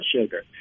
sugar